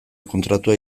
kontratua